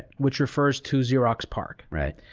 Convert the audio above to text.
which refers to xerox parc. right.